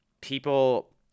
people